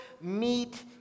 meet